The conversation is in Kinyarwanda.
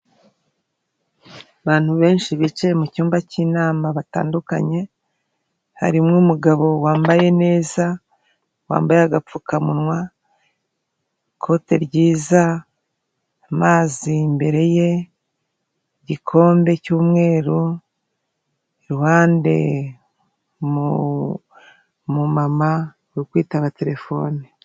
Abantu benshi bicaye mu cyumba cy'inama batandukanye harimo umugabo wambaye neza. Wambaye agapfukamunwa, ikote ryiza, amazi imbere ye, igikombe cy'umweru, iruhande umumama uri kwitaba telefone.